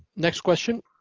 next question.